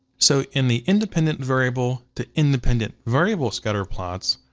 so in the independent variable to independent variable scatterplots,